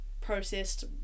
processed